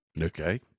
Okay